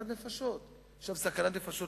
זו סכנת נפשות,